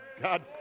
God